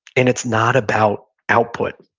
and it's not about output.